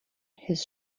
his